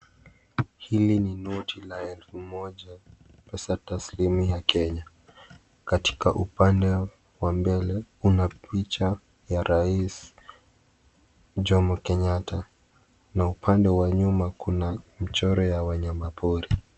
Hili ni noti la elfu moja pesa taslimu ya Kenya. Katika upande wa mbele, kuna picha ya raisi Jomo Kenyatta na upande wa nyuma kuna mchoro ya wanyama pori.